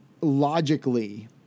logically